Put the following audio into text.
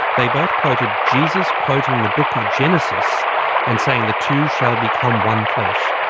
they both quoted jesus quoting the book of genesis and saying the two shall become one flesh.